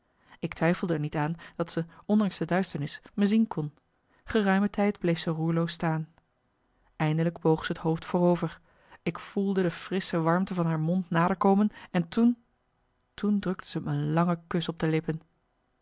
ik twijfelde er niet aan dat ze ondanks de duisternis me zien kon geruime tijd bleef ze roerloos staan eindelijk boog zij het hoofd voorover ik voelde de frissche warmte van haar mond naderkomen en toen toen drukte ze me een lange kus op de lippen